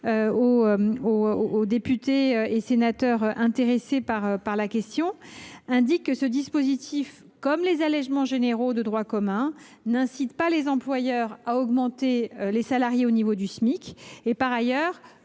aux députés et sénateurs intéressés par la question, indiquent que ce dispositif, comme les allégements généraux de droit commun, n’incite pas les employeurs à augmenter les salaires, lorsque ceux ci sont au niveau